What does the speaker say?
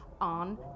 on